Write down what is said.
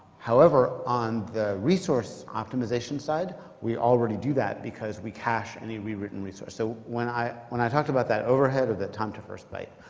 however, on the resource optimization side, we already do that. because we cache any rewritten resource. so when i when i talked about that overhead or that time to first byte,